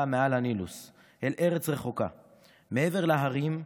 מעל הנילוס / אל ארץ רחוקה / מעבר להרים,